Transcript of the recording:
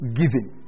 giving